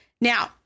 Now